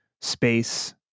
space